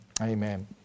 Amen